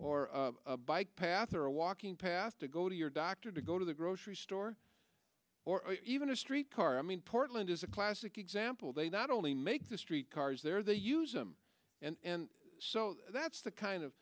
r bike path or a walking path to go to your doctor to go to the grocery store or even a street car i mean portland is a classic example they not only make the street cars there they use them and so that's the kind